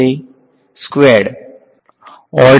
વિદ્યાર્થી સ્કેવર્ડ